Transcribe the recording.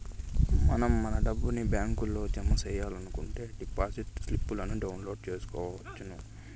మనం మన డబ్బుని బ్యాంకులో జమ సెయ్యాలనుకుంటే డిపాజిట్ స్లిప్పులను డౌన్లోడ్ చేసుకొనవచ్చును